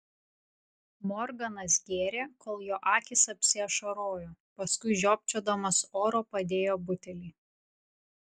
morganas gėrė kol jo akys apsiašarojo paskui žiopčiodamas oro padėjo butelį